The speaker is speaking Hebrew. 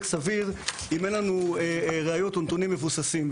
סביר אם אין לנו ראיות או נתונים מבוססים.